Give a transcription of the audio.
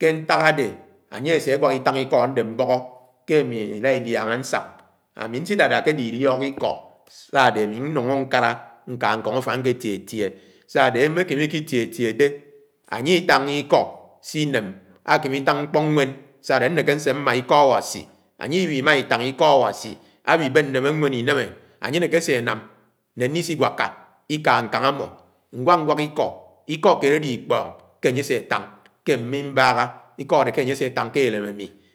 ke ñtak ade añye ase nwák itang iko ade mbóhó ke mi ila iliánga ñsang ami nsiládá nte iliok iko sá-ade ami núngo nkádá ñká ufán nké tie tie. Sá adé mmekeme ñkètietie dé anye itángá iko siném ekame itáng ñkpo ñwén sa-ade néké nsémá ikọAwasi ánye ma itang ikọ Awasi awibén némé nwén inémé anye aneke ase ánám né nisinwáká ika ñkáng amo ñwa-ñwák iko, iko kéed ade ikpóng ke ánye asé àtány ke mmé mbáhá. Iki ade ke ánye ase atany ke elém ami.